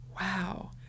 wow